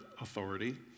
authority